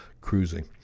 cruising